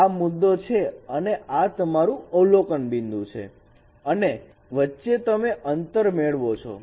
આ મુદ્દો છે અને આ તમારું અવલોકન બિંદુ છે અને વચ્ચે તમે અંતર મેળવો છો